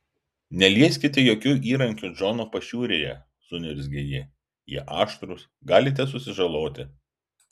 nelieskite jokių įrankių džono pašiūrėje suniurzgė ji jie aštrūs galite susižaloti